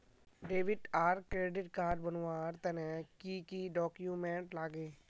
Debit आर credit card बनवार तने की की डॉक्यूमेंट लागे?